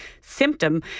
symptom